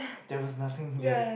there was nothing there